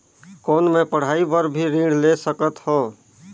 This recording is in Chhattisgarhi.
कौन मै पढ़ाई बर भी ऋण ले सकत हो?